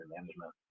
management